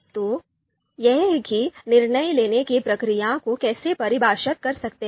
तो यह है कि हम निर्णय लेने की प्रक्रिया को कैसे परिभाषित कर सकते हैं